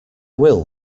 will